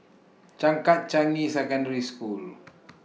Changkat Changi Secondary School